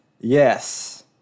Yes